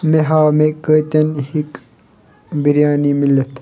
مےٚ ہاو مےٚ کَتین ہیکۍ بِریانی میٖلِتھ